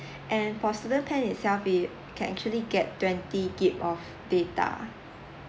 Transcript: and for student plan itself you can actually get twenty gig~ of data